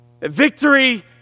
victory